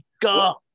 go